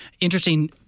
interesting